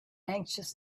anxious